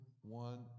one